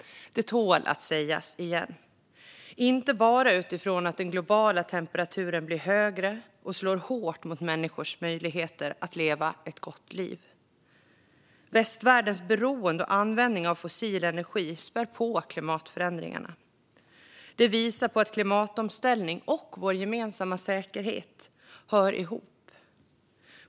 Det tål att sägas igen. Det är inte bara utifrån att den globala temperaturen blir högre och slår hårt mot människors möjligheter att leva ett gott liv. Västvärldens beroende och användning av fossil energi spär på klimatförändringarna. Det visar på att klimatomställning och vår gemensamma säkerhet hör ihop.